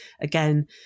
again